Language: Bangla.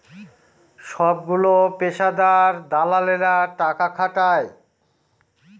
সবগুলো পেশাদার দালালেরা টাকা খাটায়